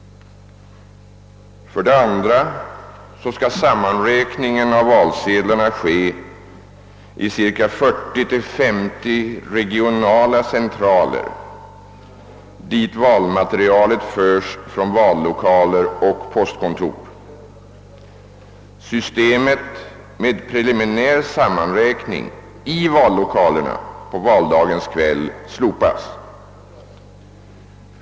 För det andra skall sammanräkningen av valsedlarna ske i 40—50 regionala centraler, dit valmaterialet förs från vallokaler och postkontor. Systemet med preliminär sammanräkning i vallokalerna på valdagens kväll slopas.